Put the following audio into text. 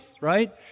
right